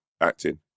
acting